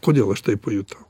kodėl aš tai pajutau